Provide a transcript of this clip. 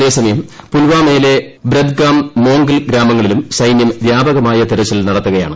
അതേസമയംപുൽവാമയിലെ ദ്രബ്ഗാം മോംഗൽ ഗ്രാമങ്ങളിലും സൈനൃം വൃാപകമായ തെരച്ചിൽ നടത്തുകയാണ്